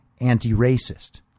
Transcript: anti-racist